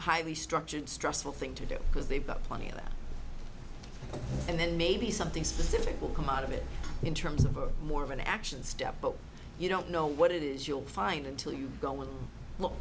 highly structured stressful thing to do because they've got plenty of that and then maybe something specific will come out of it in terms of a more of an action step but you don't know what it is you'll find until you